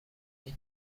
این